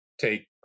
take